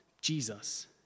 Jesus